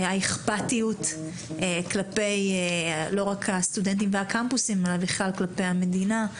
האכפתיות כלפי לא רק הסטודנטים והקמפוסים אלא בכלל כלפי המדינה,